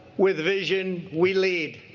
with vision we lead.